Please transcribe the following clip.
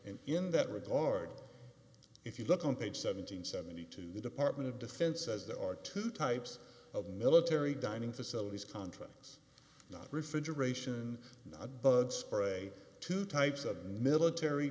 and in that regard if you look on page seven hundred and seventy two the department of defense says there are two types of military dining facilities contracts not refrigeration not bug spray two types of military